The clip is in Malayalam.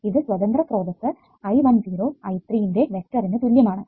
ഇത് സ്വതന്ത്ര സ്രോതസ്സ് I10 I3 ന്റെ വെക്ടറിനു തുല്യം ആണ്